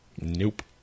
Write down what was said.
Nope